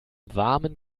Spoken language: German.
warmen